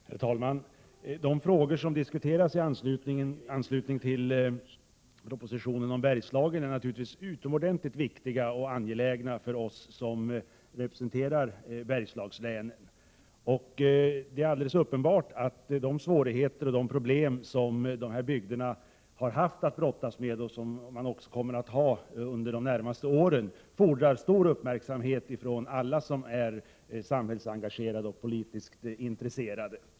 Herr talman! De frågor som diskuteras i anslutning till propositionen om Bergslagen är naturligtvis utomordentligt viktiga och angelägna för oss som representerar Bergslagslänen. Det är alldeles uppenbart att de svårigheter och problem som bygderna där har haft att brottas med och som de kommer att ha under de närmaste åren fordrar stor uppmärksamhet från alla som är samhällsengagerade och politiskt intresserade.